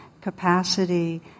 capacity